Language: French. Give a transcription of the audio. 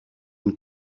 une